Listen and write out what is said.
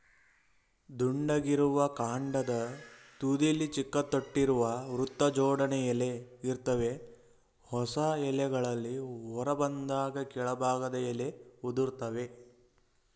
ದುಂಡಗಿರುವ ಕಾಂಡದ ತುದಿಲಿ ಚಿಕ್ಕ ತೊಟ್ಟಿರುವ ವೃತ್ತಜೋಡಣೆ ಎಲೆ ಇರ್ತವೆ ಹೊಸ ಎಲೆಗಳು ಹೊರಬಂದಾಗ ಕೆಳಭಾಗದ ಎಲೆ ಉದುರ್ತವೆ